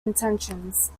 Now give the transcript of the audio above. intentions